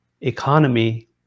economy